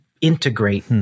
integrate